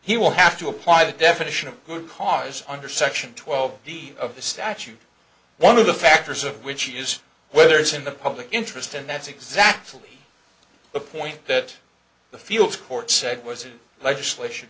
he will have to apply the definition of good cause under section twelve of the statute one of the factors of which is whether it's in the public interest and that's exactly the point that the fields court said was a legislat